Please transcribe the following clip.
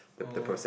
oh